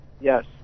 Yes